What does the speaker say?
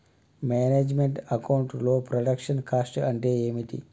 Manage meant account లో production cost అంటే ఏమిటి?